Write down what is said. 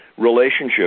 relationship